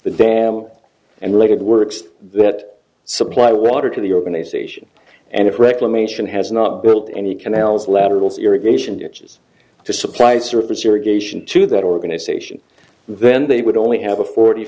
the dam and related works that supply the water to the organization and if reclamation has not built any canals laterals irrigation ditches to supply surface irrigation to that organization then they would only have a forty